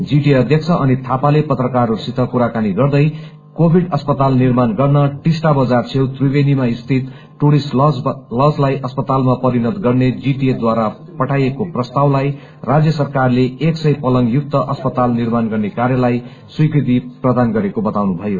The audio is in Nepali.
जीटीए अध्यक्ष अनित थापाले पत्रकारहस्सित कुराकानी गर्दे कोविड अस्पताल निर्माण गर्न टिस्टा बजार छेउ त्रिवेणीमा स्थित दुरिस्ट लजलाई अस्पतालमा परिणत गर्ने जीटएद्वारा पठाएको प्रस्तावलाई राज्य सरकारले एक सय पलंग युक्त अस्पताल निर्माण गर्ने कार्यलाई स्वीकृति प्रदान गरेको बताउनु भयो